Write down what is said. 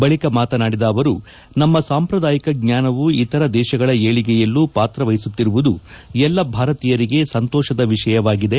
ಬಳಿಕ ಮಾತನಾಡಿದ ಅವರು ನಮ್ಮ ಸಾಂಪ್ರದಾಯಿಕ ಜ್ಞಾನವು ಇತರ ದೇಶಗಳ ಏಳಿಗೆಯಲ್ಲೂ ಪಾತ್ರವಹಿಸುತ್ತಿರುವುದು ಎಲ್ಲ ಭಾರತೀಯರಿಗೆ ಸಂತೋಷದ ವಿಷಯವಾಗಿದೆ